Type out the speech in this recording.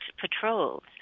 patrols